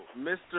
Mr